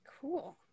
Cool